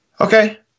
Okay